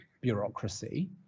bureaucracy